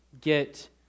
get